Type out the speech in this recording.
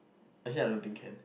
actually I don't think can